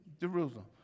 Jerusalem